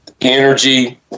Energy